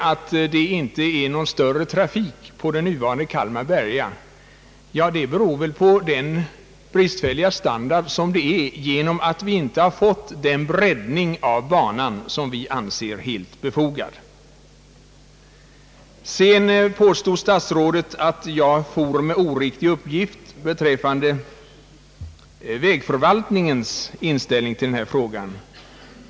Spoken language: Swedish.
Att det inte är någon större trafik på den nuvarande järnvägen Kalmar—Berga beror till stor del på den bristfälliga standard, som är en följd av att vi inte har fått den breddning av banan som vi anser helt befogad. Statsrådet påstod att jag for med oriktiga uppgifter beträffande vägförvaltningens inställning till anslagsfrågan.